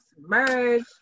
merge